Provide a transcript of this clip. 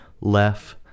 left